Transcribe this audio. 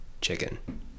chicken